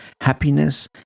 Happiness